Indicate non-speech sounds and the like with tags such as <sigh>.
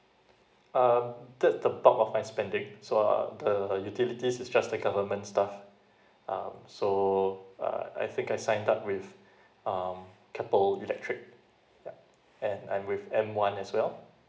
um the the book of my spending so um the utilities is just the government stuff <breath> uh so uh I think I signed up with <breath> um keppel electric yup and I'm with M one as well